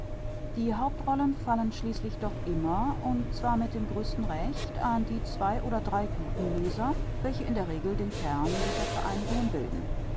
die hauptrollen fallen schließlich doch immer und zwar mit dem größten recht an die zwei oder drei guten leser welche in der regel den kern dieser vereinigungen bilden